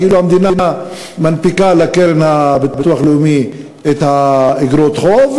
כאילו המדינה מנפיקה לקרן הביטוח הלאומי את איגרות החוב,